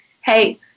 hey